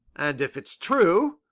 and, if it's true,